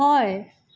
হয়